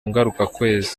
ngarukakwezi